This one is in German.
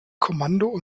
kommando